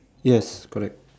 yes correct